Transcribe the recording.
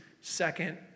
second